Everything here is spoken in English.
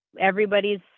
everybody's